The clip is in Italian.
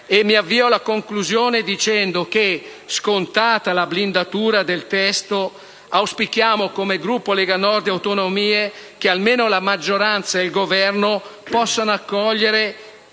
Mi avvio alla conclusione dicendo che, scontata la blindatura del testo, auspichiamo, come Gruppo Lega Nord-Autonomie, che almeno la maggioranza e il Governo possano accogliere